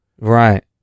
Right